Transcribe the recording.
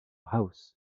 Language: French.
house